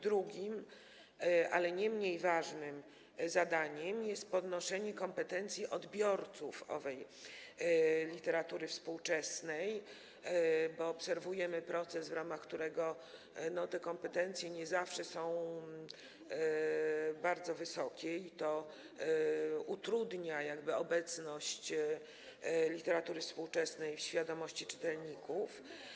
Drugim, ale nie mniej ważnym zadaniem, jest podnoszenie kompetencji odbiorców owej literatury współczesnej, bo obserwujemy proces, w ramach którego dochodzi do tego, że te kompetencje nie zawsze są bardzo wysokie, a to utrudnia jakby obecność literatury współczesnej w świadomości czytelników.